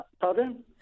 Pardon